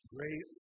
Great